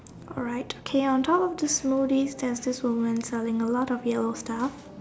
alright okay on top of the smoothies there's this woman selling a lot of yellow stuff